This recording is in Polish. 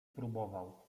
spróbował